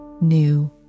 new